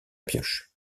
pioche